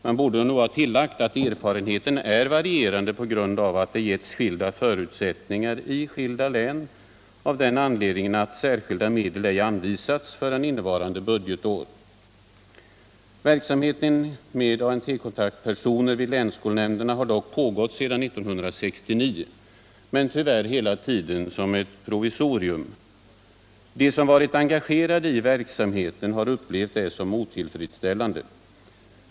Här borde nog ha tillagts att erfarenheterna är varierande på grund av att det givits skilda förutsättningar i skilda län av den anledningen att särskilda medel ej anvisats förrän innevarande budgetår.. Verksamheten med ANT kontaktpersoner vid länsskolnämnderna har dock pågått sedan .1969, men tyvärr hela tiden som ett provisorium. De som varit engagerade i verksamheten har upplevt detta förhållande som otillfredsställande.